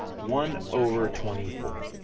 one over twenty four.